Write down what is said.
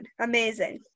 amazing